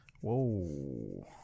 Whoa